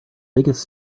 biggest